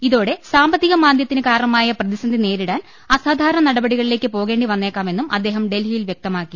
ഇതോടെ സാമ്പത്തിക മാന്ദ്യത്തിന് കാരണമായ പ്രതിസന്ധി നേരി ടാൻ അസാധാരണ നടപടികളിലേക്ക് പോക്രേണ്ടി വന്നേക്കാ മെന്നും അദ്ദേഹം ഡൽഹിയിൽ വൃക്തമാക്കി